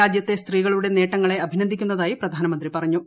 രാജ്യത്തെ സ്ത്രീകളുടെ നേട്ടങ്ങളെ അഭിനന്ദിക്കുന്നതായി പ്രപ്പിധാനമന്ത്രി പറഞ്ഞു